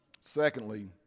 Secondly